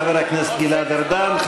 חבר הכנסת גלעד ארדן.